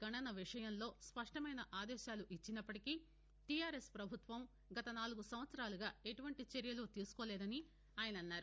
గణన విషయంలో స్పష్టమైన ఆదేశాలు ఇచ్చినప్పటికీ టిఆర్ఎస్ పభుత్వం గత నాలుగు సంవత్సరాలుగా ఎటువంటి చర్యలు తీసుకోలేదని ఆయన అన్నారు